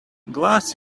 glass